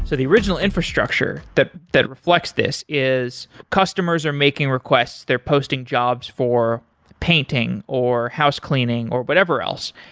so the original infrastructure that that reflects this is customers are making requests, they're posting jobs for painting or house cleaning or whatever else.